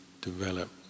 develop